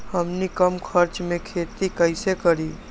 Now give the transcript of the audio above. हमनी कम खर्च मे खेती कई से करी?